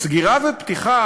סגירה ופתיחה,